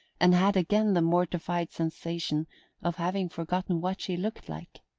and had again the mortified sensation of having forgotten what she looked like.